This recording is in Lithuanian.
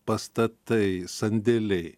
pastatai sandėliai